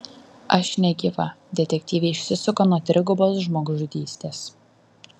aš negyva detektyvė išsisuka nuo trigubos žmogžudystės